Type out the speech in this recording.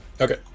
Okay